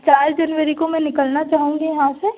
चार जनवरी को मैं निकलना चाहूँगी यहाँ से